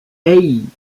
hey